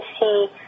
see